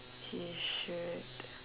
he should